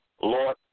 Lord